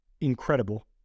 Incredible